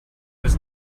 was